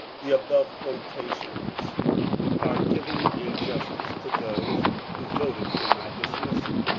the above quotations are given in justice to those who voted for my dismissal,